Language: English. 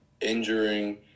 Injuring